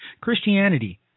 Christianity